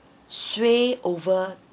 sway over